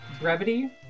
brevity